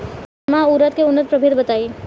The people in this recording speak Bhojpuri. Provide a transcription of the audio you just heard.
गर्मा उरद के उन्नत प्रभेद बताई?